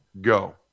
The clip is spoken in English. go